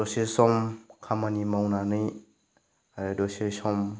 दसे सम खामानि मावनानै दसे सम